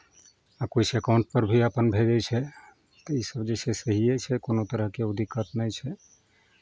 आ किछु एकाउंटपर भी अपन भेजै छै तऽ इसभ जे छै सहिए छै कोनो तरहके ओ दिक्कत नहि छै